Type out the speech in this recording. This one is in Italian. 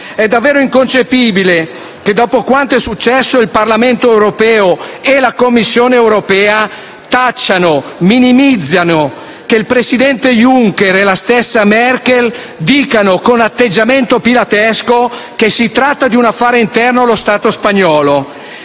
È davvero inconcepibile che, dopo quanto è successo, il Parlamento europeo e la Commissione europea tacciano, minimizzino; che il presidente Juncker e la stessa Merkel dicano, con atteggiamento pilatesco, che si tratta di un affare interno allo Stato spagnolo.